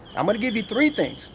i'm going to give you three things